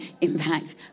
impact